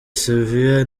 sevilla